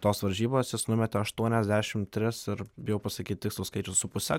tos varžybos jis numetė aštuoniasdešim tris ir bijau pasakyt tikslų skaičių su puse